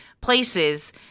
places